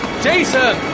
Jason